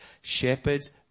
Shepherds